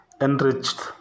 enriched